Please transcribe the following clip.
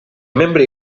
membri